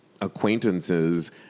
acquaintances